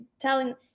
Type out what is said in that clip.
telling